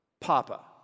Papa